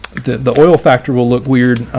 the oil factor will look weird,